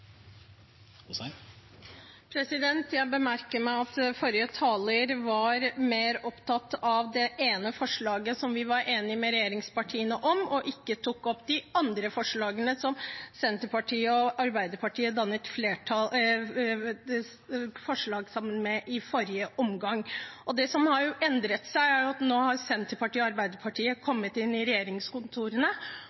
Jeg bemerker meg at forrige taler var mer opptatt av det ene forslaget som var enige med regjeringspartiene om, og ikke tok opp de andre forslagene som Senterpartiet og Arbeiderpartiet hadde i forrige omgang. Det som har endret seg, er at nå har Senterpartiet og Arbeiderpartiet